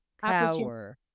power